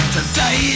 Today